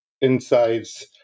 insights